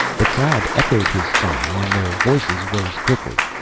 the crowd echoed his sigh and their voices rose quickly.